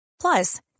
Plus